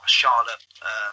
Charlotte